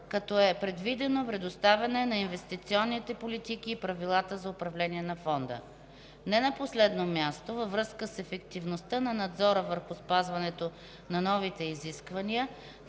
като е предвидено представянето на инвестиционните политики и правилата за управление на риска. IV. Не на последно място, във връзка с ефективността на надзора върху спазването на новите изисквания,